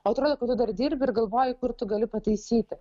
o atrodo kad tu dar dirbi ir galvoji kur tu gali pataisyti